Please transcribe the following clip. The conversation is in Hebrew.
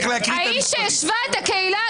מספר ההצבעות.